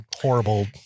Horrible